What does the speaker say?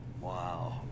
Wow